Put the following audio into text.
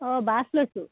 অঁ বাছ লৈছোঁ